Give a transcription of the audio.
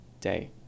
day